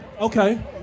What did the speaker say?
Okay